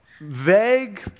vague